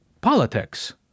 politics